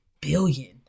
Billion